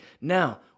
Now